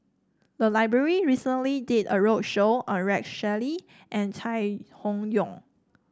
the library recently did a roadshow on Rex Shelley and Chai Hon Yoong